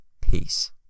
Peace